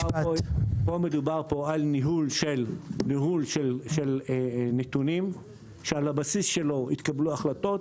מדובר פה על ניהול נתונים שעל בסיסם יתקבלו החלטות.